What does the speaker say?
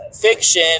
fiction